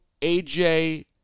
AJ